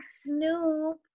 Snoop